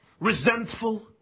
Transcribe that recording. resentful